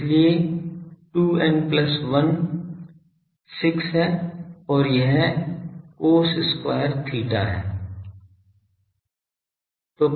इसलिए 2 n plus 1 6 है और यह cos square theta है